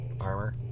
armor